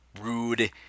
rude